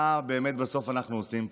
מה באמת, בסוף, אנחנו עושים פה?